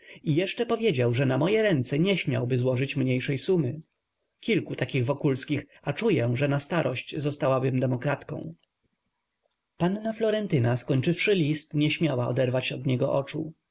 i jeszcze powiedział że na moje ręce nie śmiałby złożyć mniejszej sumy kilku takich wokulskich a czuję że na starość zostałabym demokratką panna florentyua skończywszy list nie śmiała oderwać od niego oczu